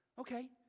okay